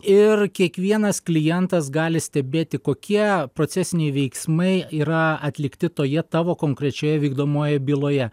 ir kiekvienas klientas gali stebėti kokie procesiniai veiksmai yra atlikti toje tavo konkrečioje vykdomojoje byloje